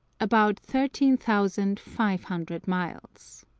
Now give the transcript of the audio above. about thirteen thousand five hundred miles.